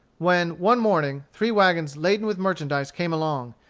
when, one morning, three wagons laden with merchandise came along,